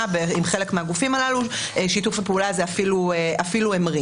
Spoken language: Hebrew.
עם חלק מהגופים הללו שיתוף הפעולה הזה אפילו המריא.